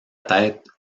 tête